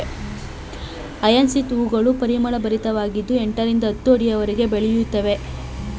hyacinth ಹೂಗಳು ಪರಿಮಳಭರಿತವಾಗಿದ್ದು ಎಂಟರಿಂದ ಹತ್ತು ಅಡಿಯವರೆಗೆ ಬೆಳೆಯುತ್ತವೆ